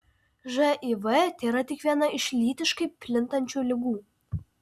živ tėra tik viena iš lytiškai plintančių ligų